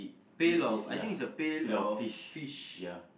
pail of I think is a pail of fish